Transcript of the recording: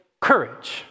courage